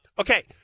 Okay